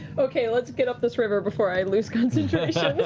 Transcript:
okay, let's get up this river before i lose concentration.